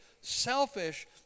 selfish